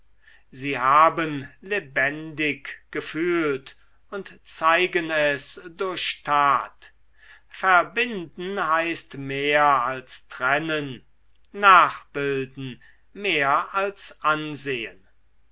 sie haben lebendig gefühlt und zeigen es durch tat verbinden heißt mehr als trennen nachbilden mehr als ansehen